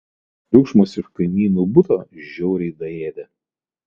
tas triukšmas iš kaimynų buto žiauriai daėdė